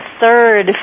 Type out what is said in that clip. third